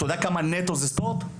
אתה יודע כמה נטו זה ספורט?